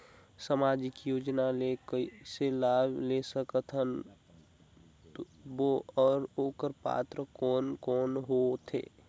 समाजिक योजना ले कइसे लाभ ले सकत बो और ओकर पात्र कोन कोन हो थे?